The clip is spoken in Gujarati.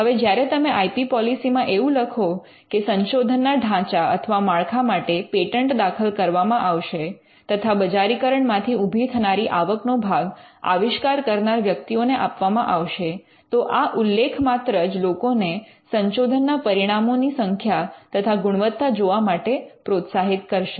હવે જ્યારે તમે આઇ પી પૉલીસી માં એવું લખો કે સંશોધનના ઢાંચા અથવા માળખા માટે પેટન્ટ દાખલ કરવામાં આવશે તથા બજારીકરણ માંથી ઊભી થનારી આવકનો ભાગ આવિષ્કાર કરનાર વ્યક્તિઓ ને આપવામાં આવશે તો આ ઉલ્લેખ માત્ર જ લોકોને સંશોધનના પરિણામો ની સંખ્યા તથા ગુણવત્તા જોવા માટે પ્રોત્સાહિત કરશે